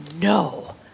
no